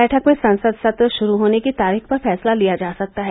बैठक में संसद सत्र श्रू होने की तारीख पर फैसला लिया जा सकता है